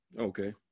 Okay